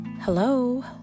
Hello